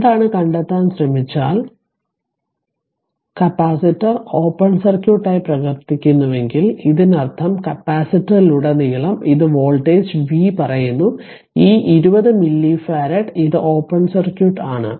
എന്താണെന്ന് കണ്ടെത്താൻ ശ്രമിച്ചാൽ കപ്പാസിറ്റർ ഓപ്പൺ സർക്യൂട്ടായി പ്രവർത്തിക്കുന്നുവെങ്കിൽ ഇതിനർത്ഥം കപ്പാസിറ്ററിലുടനീളം ഇത് വോൾട്ടേജ് v പറയുന്നു ഈ 20 മില്ലിഫാരഡ് ഇത് ഓപ്പൺ സർക്യൂട്ട് ആണ്